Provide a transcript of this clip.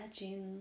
Imagine